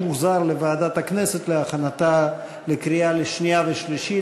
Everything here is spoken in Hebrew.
ותוחזר לוועדת הכנסת להכנתה לקריאה שנייה ושלישית.